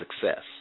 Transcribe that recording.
success